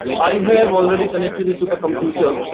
i have already connected it to the computer.